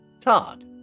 Todd